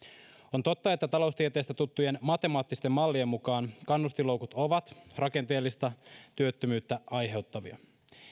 on totta että taloustieteestä tuttujen matemaattisten mallien mukaan kannustinloukut ovat rakenteellista työttömyyttä aiheuttavia